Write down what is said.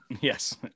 Yes